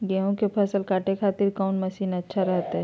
गेहूं के फसल काटे खातिर कौन मसीन अच्छा रहतय?